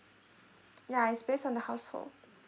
ya it's based on the household